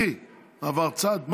קטי, עברת צד.